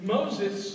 Moses